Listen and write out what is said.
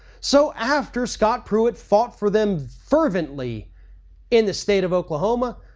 so after scott pruitt fought for them fervently in the state of oklahoma,